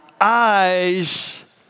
eyes